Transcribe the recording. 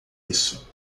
isso